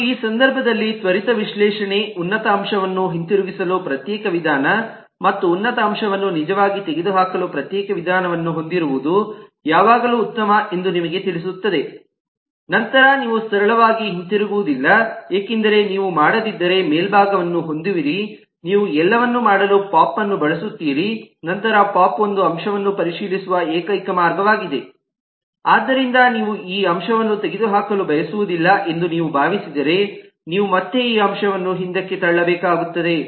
ಮತ್ತು ಈ ಸಂದರ್ಭದಲ್ಲಿ ತ್ವರಿತ ವಿಶ್ಲೇಷಣೆ ಉನ್ನತ ಅಂಶವನ್ನು ಹಿಂತಿರುಗಿಸಲು ಪ್ರತ್ಯೇಕ ವಿಧಾನ ಮತ್ತು ಉನ್ನತ ಅಂಶವನ್ನು ನಿಜವಾಗಿ ತೆಗೆದುಹಾಕಲು ಪ್ರತ್ಯೇಕ ವಿಧಾನವನ್ನು ಹೊಂದಿರುವುದು ಯಾವಾಗಲೂ ಉತ್ತಮ ಎಂದು ನಿಮಗೆ ತಿಳಿಸುತ್ತದೆ ನಂತರ ನೀವು ಸರಳವಾಗಿ ಹಿಂತಿರುಗುವುದಿಲ್ಲ ಏಕೆಂದರೆ ನೀವು ಮಾಡದಿದ್ದರೆ ಮೇಲ್ಭಾಗವನ್ನು ಹೊಂದುವಿರಿ ನೀವು ಎಲ್ಲವನ್ನೂ ಮಾಡಲು ಪೋಪ್ ಅನ್ನು ಬಳಸುತ್ತೀರಿ ನಂತರ ಪೋಪ್ ಒಂದು ಅಂಶವನ್ನು ಪರಿಶೀಲಿಸುವ ಏಕೈಕ ಮಾರ್ಗವಾಗಿದೆ ಆದ್ದರಿಂದ ನೀವು ಈ ಅಂಶವನ್ನು ತೆಗೆದುಹಾಕಲು ಬಯಸುವುದಿಲ್ಲ ಎಂದು ನೀವು ಭಾವಿಸಿದರೆ ನೀವು ಮತ್ತೆ ಈ ಅಂಶವನ್ನು ಹಿಂದಕ್ಕೆ ತಳ್ಳಬೇಕಾಗುತ್ತದೆ